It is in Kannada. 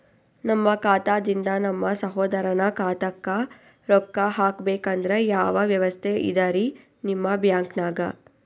ನಮ್ಮ ಖಾತಾದಿಂದ ನಮ್ಮ ಸಹೋದರನ ಖಾತಾಕ್ಕಾ ರೊಕ್ಕಾ ಹಾಕ್ಬೇಕಂದ್ರ ಯಾವ ವ್ಯವಸ್ಥೆ ಇದರೀ ನಿಮ್ಮ ಬ್ಯಾಂಕ್ನಾಗ?